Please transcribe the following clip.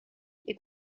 est